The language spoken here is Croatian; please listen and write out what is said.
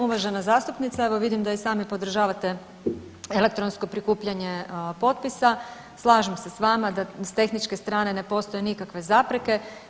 Uvažena zastupnice evo vidim da i sami podržavate elektronsko prikupljanje potpisa, slažem se s vama da s tehničke strane ne postoje nikakve zapreke.